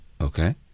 Okay